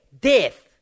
death